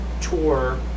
tour